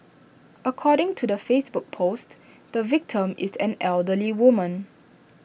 according to the Facebook post the victim is an elderly woman